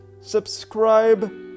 subscribe